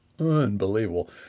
unbelievable